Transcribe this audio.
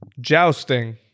Jousting